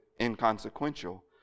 inconsequential